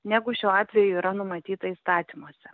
negu šiuo atveju yra numatyta įstatymuose